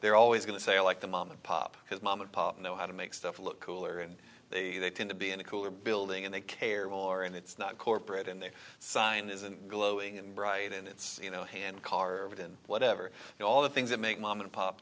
they're always going to say i like the mom and pop because mom and pop know how to make stuff look cooler and they tend to be in a cooler building and they care more and it's not corporate in their sign isn't glowing and bright and it's you know hand carved in whatever and all the things that make mom and pop